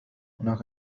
هناك